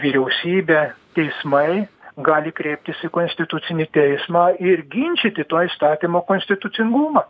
vyriausybė teismai gali kreiptis į konstitucinį teismą ir ginčyti to įstatymo konstitucingumą